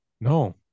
No